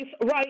right